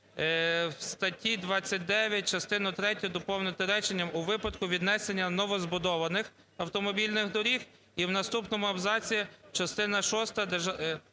в статті 29 частину третю доповнити реченням "у випадку віднесення новозбудованих автомобільних доріг". І в наступному абзаці частина шоста